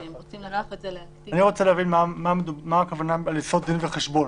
אני רוצה להבין מה הכוונה בלעשות דין וחשבון.